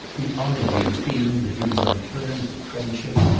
the oddity of feeling that he was on terms of friendship,